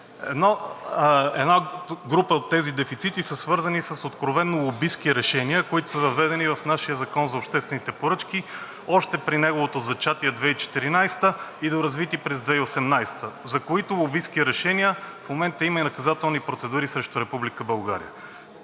Една група от тези дефицити са свързани с откровено лобистки решения, които са въведени в нашия Закон за обществените поръчки още при неговото зачатие 2014 г. и доразвити през 2018 г., за които лобистки решения в момента има и наказателни процедури срещу Република